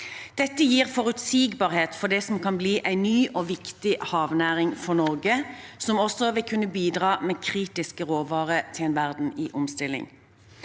Dette gir forutsigbarhet for det som kan bli en ny og viktig havnæring for Norge, og som også vil kunne bidra med kritiske råvarer til en verden i omstilling.